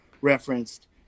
referenced